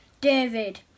David